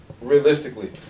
Realistically